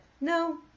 no